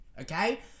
okay